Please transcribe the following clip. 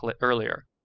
earlier